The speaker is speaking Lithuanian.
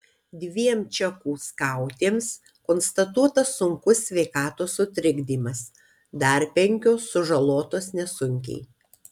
dviem čekų skautėms konstatuotas sunkus sveikatos sutrikdymas dar penkios sužalotos nesunkiai